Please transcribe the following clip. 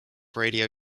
radio